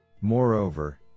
Moreover